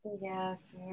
Yes